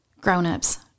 Grown-ups